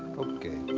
okay,